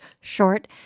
short